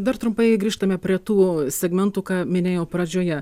dar trumpai grįžtame prie tų segmentų ką minėjau pradžioje